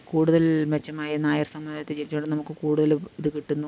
കൂടുതൽ മെച്ചമായ നായർ സമുദായത്തില് ജനിച്ചതുകൊണ്ട് നമുക്ക് കൂടുതല് ഇതു കിട്ടുന്നു